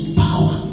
power